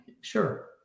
Sure